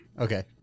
Okay